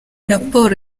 raporo